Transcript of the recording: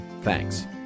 Thanks